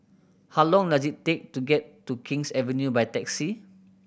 how long does it take to get to King's Avenue by taxi